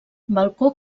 balcó